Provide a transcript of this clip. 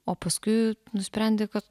o paskui nusprendė kad